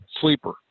sleeper